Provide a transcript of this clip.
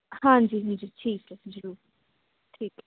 ਹਾਂਜੀ ਹਾਂਜੀ ਠੀਕ ਹੈ ਜ਼ਰੂਰ ਠੀਕ ਹੈ